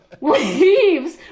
leaves